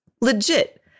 legit